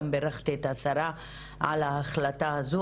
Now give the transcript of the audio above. גם בירכתי את השרה על ההחלטה הזאת,